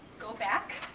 go back,